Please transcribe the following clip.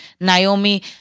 Naomi